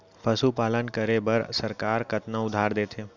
पशुपालन करे बर सरकार कतना उधार देथे?